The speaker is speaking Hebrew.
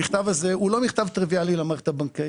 המכתב הזה הוא לא מכתב טריוויאלי למערכת הבנקאית.